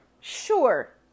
sure